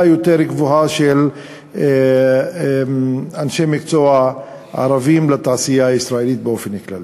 רבה יותר של אנשי מקצוע ערבים בתעשייה הישראלית באופן כללי.